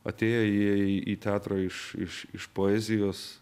atėję jie į teatrą iš iš iš poezijos